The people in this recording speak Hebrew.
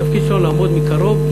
והתפקיד שלנו לעמוד מקרוב,